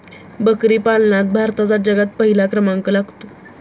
बकरी पालनात भारताचा जगात पहिला क्रमांक लागतो